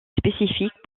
spécifiques